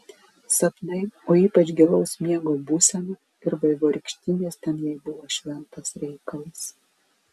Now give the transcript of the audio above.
sapnai o ypač gilaus miego būsena ir vaivorykštinis ten jai buvo šventas reikalas